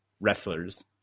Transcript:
wrestlers